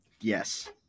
yes